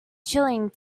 chilling